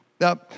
Now